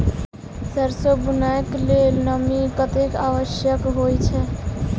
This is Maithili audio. सैरसो बुनय कऽ लेल नमी कतेक आवश्यक होइ छै?